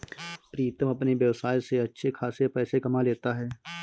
प्रीतम अपने व्यवसाय से अच्छे खासे पैसे कमा लेता है